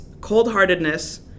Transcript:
cold-heartedness